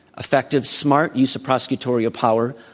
effective, smart use of prosecutorial power,